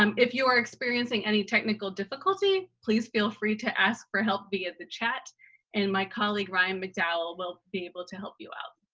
um if you are experiencing any technical difficulty, please feel free to ask for help via the chat and my colleague ryan macdowell will be able to help you out.